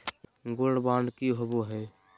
Gold bond की होबो है?